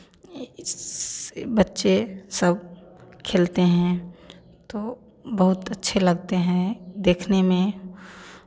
बच्चे सब खेलते हैं तो बहुत अच्छे लगते हैं देखने में